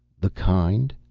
the kind?